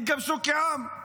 התגבשו כעם,